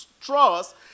Trust